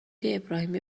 ابراهیمی